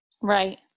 Right